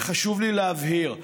וחשוב לי לבהיר,